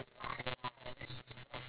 entrepreneurship